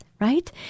right